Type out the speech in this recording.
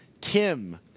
Tim